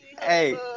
hey